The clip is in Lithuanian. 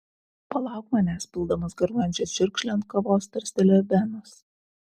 palauk manęs pildamas garuojančią čiurkšlę ant kavos tarstelėjo benas